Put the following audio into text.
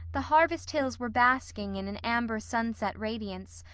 the harvest hills were basking in an amber sunset radiance,